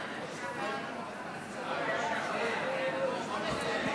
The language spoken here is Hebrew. את הדיון.